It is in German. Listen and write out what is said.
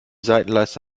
seitenleiste